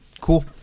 Cool